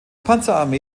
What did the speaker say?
panzerarmee